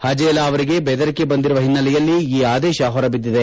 ಹಜೇಲಾ ಅವರಿಗೆ ಬೆದರಿಕೆ ಬಂದಿರುವ ಹಿನ್ನೆಲೆಯಲ್ಲಿ ಈ ಆದೇಶ ಹೊರಬಿದ್ದಿದೆ